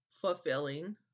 fulfilling